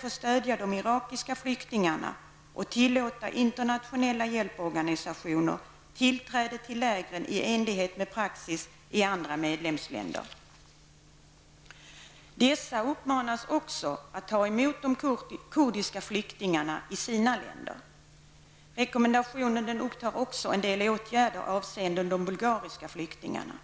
få stödja de irakiska flyktingarna, och ge internationella hjälporganisationer tillträde till lägren i enlighet med praxis i andra medlemsländer. Dessa uppmanas också att ta emot de kurdiska flyktingarna i sina länder. Rekommendationen upptar också en del åtgärder avseende de bulgariska flyktingarna.